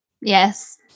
Yes